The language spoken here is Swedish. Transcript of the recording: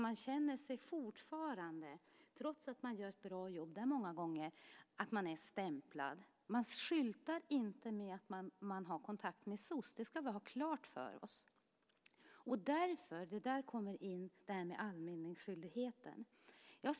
Man känner fortfarande, trots att det där många gånger görs ett bra jobb, att man är stämplad. Man skyltar inte med att man har kontakt med soc. Det ska vi ha klart för oss. Där kommer anmälningsskyldigheten in.